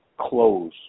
close